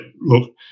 look